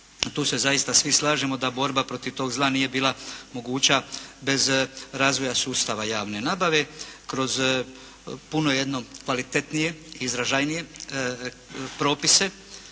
Tu se zaista svi slažemo da borba protiv tog zla nije bila moguća bez razvoja sustava javne nabave kroz puno jedno kvalitetnije, izražajnije propise,